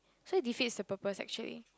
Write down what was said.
so this is the purpose actually